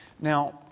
now